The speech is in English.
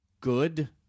Good